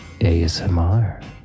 ASMR